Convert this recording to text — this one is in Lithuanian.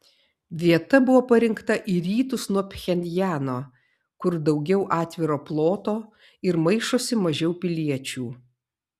vieta buvo parinkta į rytus nuo pchenjano kur daugiau atviro ploto ir maišosi mažiau piliečių